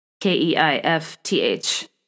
K-E-I-F-T-H